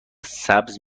سبز